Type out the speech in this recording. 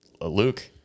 Luke